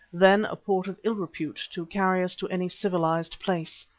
then a port of ill repute, to carry us to any civilized place.